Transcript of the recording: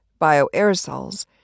bioaerosols